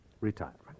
Retirement